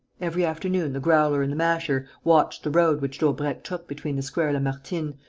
every afternoon the growler and the masher watched the road which daubrecq took between the square lamartine,